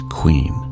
queen